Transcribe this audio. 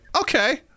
okay